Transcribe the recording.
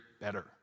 better